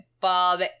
Bob